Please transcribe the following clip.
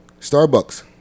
Starbucks